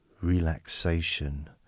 relaxation